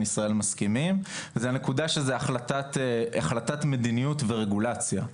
ישראל מסכימים וזה הנקודה שזה החלטת מדיניות ורגולציה.